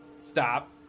Stop